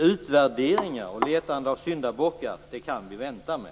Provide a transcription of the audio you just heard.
Utvärderingar och letande efter syndabockar kan vi vänta med.